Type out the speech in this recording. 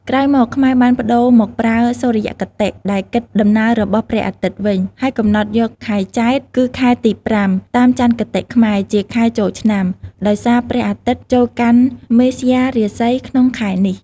ក្រោយមក ខ្មែរបានប្ដូរមកប្រើ សុរិយគតិ ដែលគិតដំណើររបស់ព្រះអាទិត្យវិញ ហើយកំណត់យក ខែចេត្រ គឺខែទី ៥ តាមចន្ទគតិខ្មែរ ជាខែចូលឆ្នាំ ដោយសារព្រះអាទិត្យចូលកាន់មេស្យារាសីក្នុងខែនេះ។